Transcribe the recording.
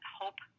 hope